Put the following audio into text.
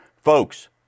Folks